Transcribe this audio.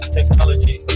Technology